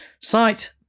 site